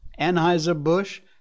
Anheuser-Busch